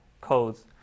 codes